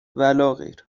ولاغیر